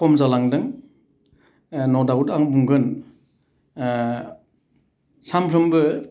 खम जालांदों न' दाउट आं बुंगोन सामफ्रामबो